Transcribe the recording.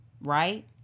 right